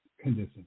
condition